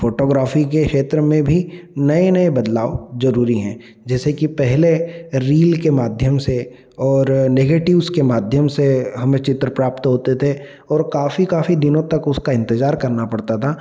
photography के क्षेत्र में भी नए नए बदलाव जरूरी हैं जैसे की पहले रील के माध्यम से और नेगेटिव्स के माध्यम से हमें चित्र प्राप्त होते थे और काफी काफी दिनों तक उसका इंतजार करना पड़ता था